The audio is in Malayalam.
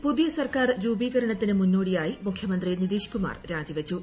ബിഹാറിൽ പുതിയ സർക്കാർ രൂപീക്കുർണത്തിന് മുന്നോടി യായി മുഖ്യമന്ത്രി നിതീഷ് കുമാർ രീജീവെച്ചു